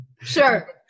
Sure